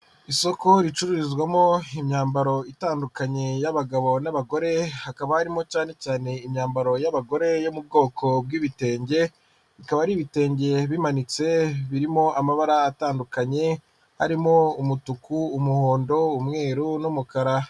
Isoko ricururizwamo imyambaro itandukanye y'abagabo n'abagore hakaba harimo cyane cyane imyambaro y'abagore yo mu bwoko bw'ibitenge bikaba ari ibitenge bimanitse birimo amabara atandukanye arimo umutuku umuhondo umweru n'umukara.